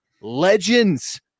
legends